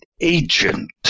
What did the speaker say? agent